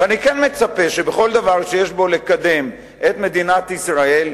ואני כן מצפה שבכל דבר שיש בו לקדם את מדינת ישראל,